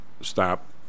stop